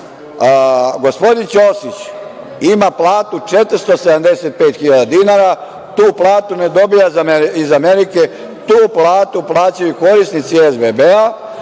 Đilasa. Gospodin Ćosić ima platu 475.000 dinara. Tu platu ne dobija iz Amerike. Tu platu plaćaju korisnici SBB,